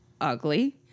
ugly